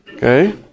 Okay